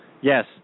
Yes